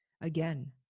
Again